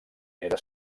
era